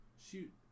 shoot